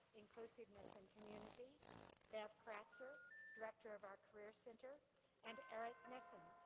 inclusiveness, and community bev kratzer director of our career center and erik nissen,